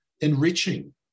enriching